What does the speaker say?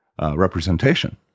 representation